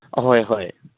ꯑꯍꯣꯏ ꯍꯣꯏ